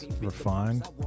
Refined